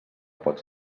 pots